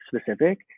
specific